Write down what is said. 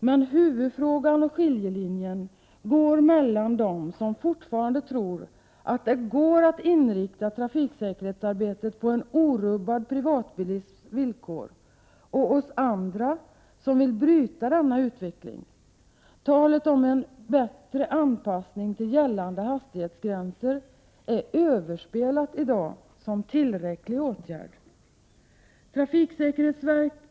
Men huvudfrågan om skiljelinjen går mellan dem som fortfarande tror att det går att inrikta trafiksäkerhetsarbetet på orubbade villkor för privatbilismen, och mellan dem som vill bryta denna utveckling. Talet om en bättre anpassning till gällande hastighetsregler som en tillräcklig åtgärd är i dag överspelat.